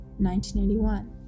1981